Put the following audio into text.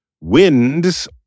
winds